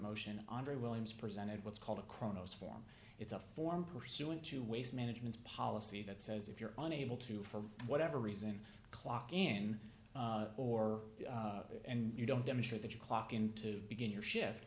motion andriy williams presented what's called a cronos form it's a form pursuant to waste management policy that says if you're unable to for whatever reason a clock in or and you don't demonstrate that you clock in to begin your shift